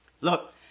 Look